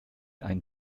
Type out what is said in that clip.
ein